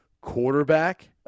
quarterback